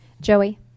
Joey